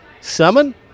Summon